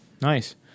Nice